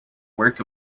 work